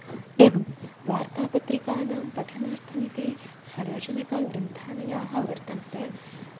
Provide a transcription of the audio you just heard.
एवं वार्तापत्रिकानां पठनार्थम् इति सार्वजनिकग्रन्थालयाः वर्तन्ते